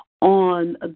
on